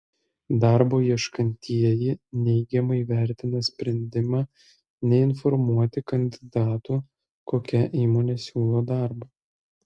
darbo ieškantieji neigiamai vertina sprendimą neinformuoti kandidatų kokia įmonė siūlo darbą